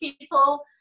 people